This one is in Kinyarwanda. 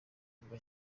kuva